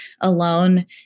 alone